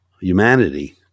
humanity